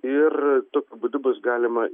ir tokiu būdu bus galima